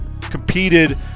competed